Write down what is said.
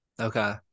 Okay